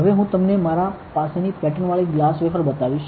હવે હું તમને મારી પાસેની પેટર્નવાળી ગ્લાસ વેફર બતાવીશ